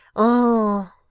ah!